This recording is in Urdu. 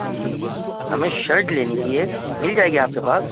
جی ہمیں شرٹ لینی تھی ایک مل جائے گی آپ کے پاس